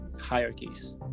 hierarchies